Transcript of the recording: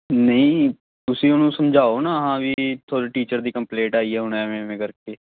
ਨਹੀਂ ਤੁਸੀਂ ਉਹਨੂੰ ਸਮਝਾਓ ਨਾ ਹਾਂ ਵੀ ਤੁਹਾਡੇ ਟੀਚਰ ਦੀ ਕੰਪਲੇਂਟ ਆਈ ਹੈ ਹੁਣ ਐਵੇਂ ਐਵੇਂ ਕਰਕੇ